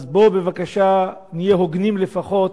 בוא בבקשה נהיה הוגנים לפחות,